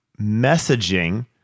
messaging